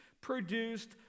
produced